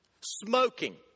Smoking